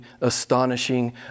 astonishing